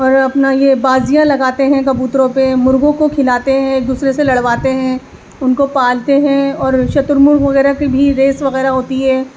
اور اپنا یہ بازیاں لگاتے ہیں کبوتروں پہ مرغوں کو کھلاتے ہیں ایک دوسرے سے لڑواتے ہیں ان کو پالتے ہیں اور شتر مرغ وغیرہ کی بھی ریس وغیرہ ہوتی ہے